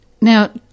Now